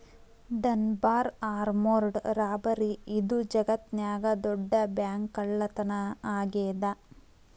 Dunbar armoured robbery ಇದು ಜಗತ್ನ್ಯಾಗ ದೊಡ್ಡ ಬ್ಯಾಂಕ್ಕಳ್ಳತನಾ ಆಗೇದ